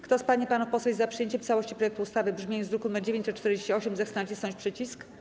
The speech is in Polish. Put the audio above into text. Kto z pań i panów posłów jest za przyjęciem w całości projektu ustawy w brzmieniu z druku nr 948, zechce nacisnąć przycisk.